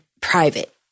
private